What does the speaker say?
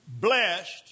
blessed